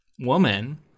woman